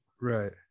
right